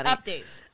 Updates